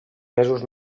mesos